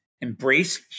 embrace